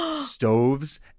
stoves